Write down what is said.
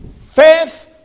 faith